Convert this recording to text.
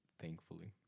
thankfully